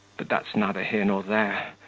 but that's neither here nor there.